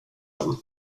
den